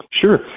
Sure